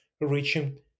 reaching